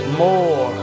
more